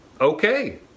okay